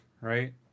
right